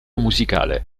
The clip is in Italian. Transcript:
musicale